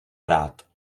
hrát